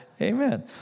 Amen